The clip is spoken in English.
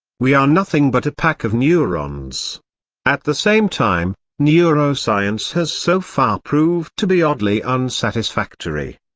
we are nothing but a pack of neurons at the same time, neuroscience has so far proved to be oddly unsatisfactory.